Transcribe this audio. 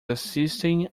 assistem